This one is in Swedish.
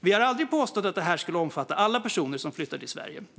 Vi har aldrig påstått att det här skulle omfatta alla personer som flyttar till Sverige, Märta Stenevi.